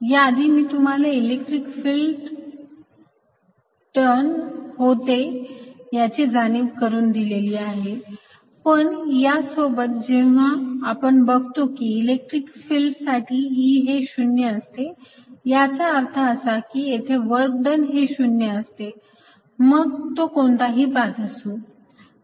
या आधी मी तुम्हाला इलेक्ट्रिक फिल्ड टर्न होते आहे याची जाणीव करून दिली होती पण या सोबत जेव्हा आपण बघतो की या इलेक्ट्रिक फिल्ड साठी E हे 0 आहे याचा अर्थ असा की येथे वर्क डन हे 0 असते मग तो कोणताही पाथ असू